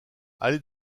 allez